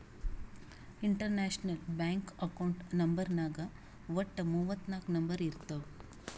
international bank account ನಂಬರ್ನಾಗ್ ವಟ್ಟ ಮೂವತ್ ನಾಕ್ ನಂಬರ್ ಇರ್ತಾವ್